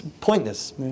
pointless